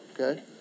okay